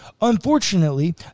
Unfortunately